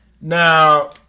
Now